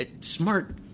Smart